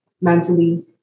mentally